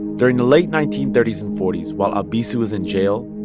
during the late nineteen thirty s and forty s, while albizu was in jail,